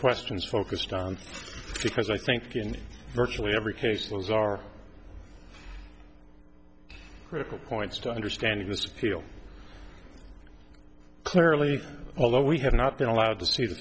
questions focused on because i think in virtually every case those are critical points to understand it was appeal clearly although we have not been allowed to see the